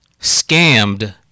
scammed